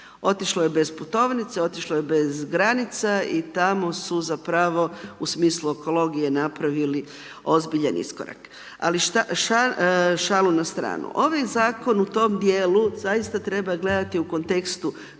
Otišlo je bez putovnice, otišlo je bez granica i tamo su zapravo u smislu ekologije napravili ozbiljan iskorak. Ali šalu na stranu, ovaj zakon u tom dijelu zaista treba gledati u kontekstu